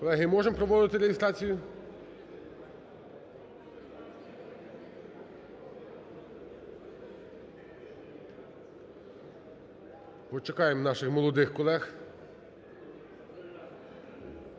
Колеги, можемо проводити реєстрацію? Почекаємо наших молодих колег,